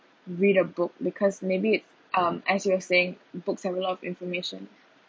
read a book because maybe it um as you were saying books have a lot of information